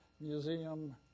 museum